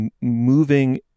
moving